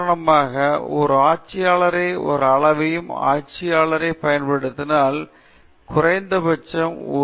உதாரணமாக நீங்கள் ஒரு ஆட்சியாளரை ஒரு அளவையும் ஆட்சியாளரையும் பயன்படுத்தினால் குறைந்தபட்சம் 1 மில்லிமீட்டர் ஆகும்